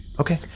Okay